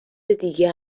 دیگه